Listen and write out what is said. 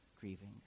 grieving